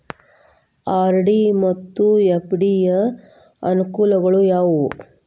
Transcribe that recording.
RD ಮತ್ತು FD ಯ ಅನುಕೂಲಗಳು ಯಾವವು?